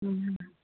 ꯎꯝ